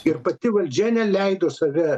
ir pati valdžia neleido save